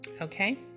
Okay